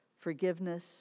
Forgiveness